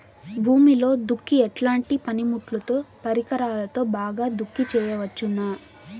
భూమిలో దుక్కి ఎట్లాంటి పనిముట్లుతో, పరికరాలతో బాగా దుక్కి చేయవచ్చున?